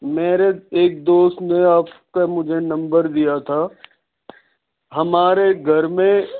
میرے ایک دوست نے آپ کا مجھے نمبر دیا تھا ہمارے گھر میں